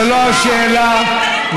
למה אתה שואל את השבעה הראשונים?